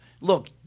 Look